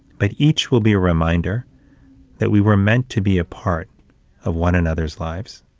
but each will be a reminder that we were meant to be a part of one another's lives,